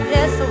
Yes